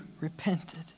repented